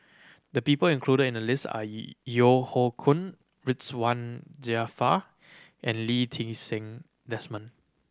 the people included in the list are Yeo Hoe Koon Ridzwan Dzafir and Lee Ti Seng Desmond